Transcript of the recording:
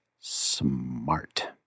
smart